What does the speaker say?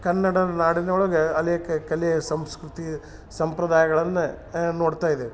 ಕನ್ನಡ ನಾಡಿನೊಳಗೆ ಅನೇಕ ಕಲೆ ಸಂಸ್ಕೃತಿ ಸಂಪ್ರದಾಯಗಳನ್ನ ನೋಡ್ತಾಯಿದ್ದೇವೆ